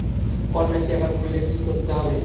Kanyashree account খুলতে কী করতে হবে?